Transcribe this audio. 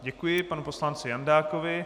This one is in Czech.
Děkuji panu poslanci Jandákovi.